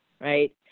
right